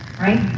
Right